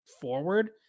forward